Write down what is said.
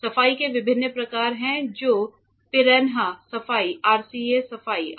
सफाई के विभिन्न प्रकार हैं जो पिरान्हा सफाई RCA सफाई RCA 1 RCA 2 है